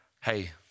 Hey